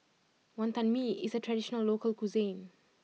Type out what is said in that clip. Wantan Mee is a traditional local cuisine